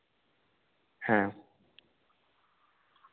ᱦᱮᱸ